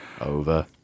Over